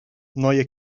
neue